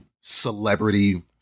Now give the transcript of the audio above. celebrity